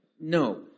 No